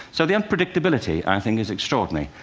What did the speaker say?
so the unpredictability, i think, is extraordinary.